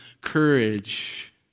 courage